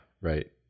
right